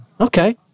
Okay